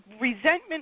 resentment